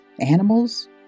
animals